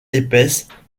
épaisses